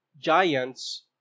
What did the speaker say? giants